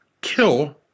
kill